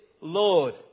Lord